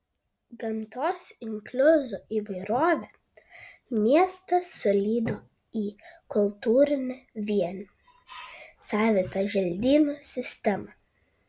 gamtos inkliuzų įvairovę miestas sulydo į kultūrinį vienį savitą želdynų sistemą